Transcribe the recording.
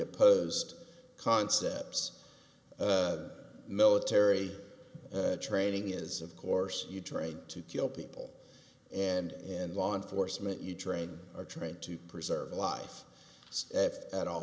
opposed concepts military training is of course you trained to kill people and and law enforcement you train are trained to preserve life at a